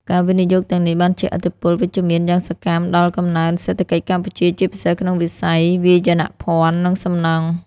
ការវិនិយោគទាំងនេះបានជះឥទ្ធិពលវិជ្ជមានយ៉ាងសកម្មដល់កំណើនសេដ្ឋកិច្ចកម្ពុជា ជាពិសេសក្នុងវិស័យ វាយនភ័ណ្ឌ និងសំណង់។